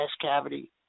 cavity